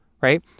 right